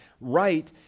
right